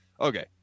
okay